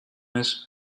mich